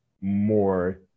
more